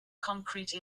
concrete